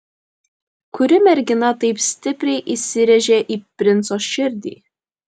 kuri mergina taip stipriai įsirėžė į princo širdį